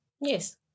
Yes